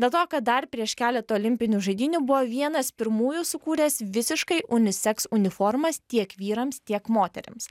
dėl to kad dar prieš keletą olimpinių žaidynių buvo vienas pirmųjų sukūręs visiškai unisex uniformas tiek vyrams tiek moterims